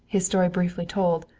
his story briefly told,